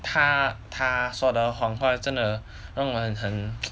他他说的谎话真的让我很